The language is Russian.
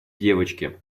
девочки